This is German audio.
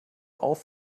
auf